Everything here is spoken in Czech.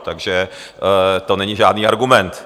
Takže to není žádný argument.